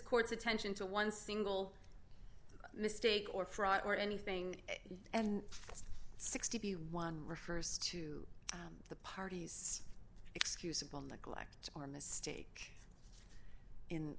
court's attention to one single mistake or fraud or anything and sixty one refers to the parties excusable neglect or mistake in